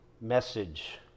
message